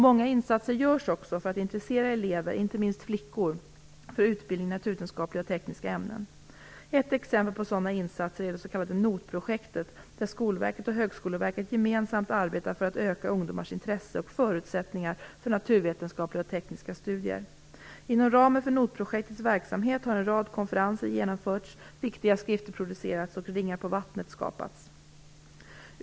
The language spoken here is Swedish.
Många insatser görs också för att intressera elever, inte minst flickor, för utbildning i naturvetenskapliga och tekniska ämnen. Ett exempel på sådana insatser är det s.k. NOT projektet, där Skolverket och Högskoleverket gemensamt arbetar för att öka ungdomars intresse och förutsättningar för naturvetenskapliga och tekniska studier. Inom ramen för NOT-projektets verksamhet har en rad konferenser genomförts, viktiga skrifter producerats och "ringar på vattnet" skapats.